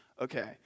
okay